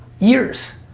years.